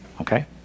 okay